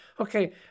Okay